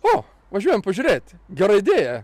o važiuojam pažiūrėti gera idėja